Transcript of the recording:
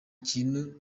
kintu